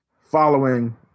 following